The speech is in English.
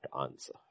answer